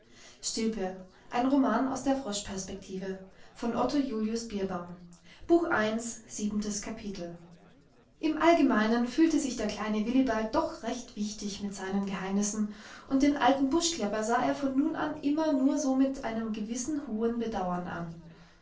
kapitel im allgemeinen fühlte sich der kleine willibald doch recht wichtig mit seinen geheimnissen und den alten buschklepper sah er von nun an immer nur so mit einem gewissen hohen bedauern an